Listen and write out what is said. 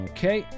Okay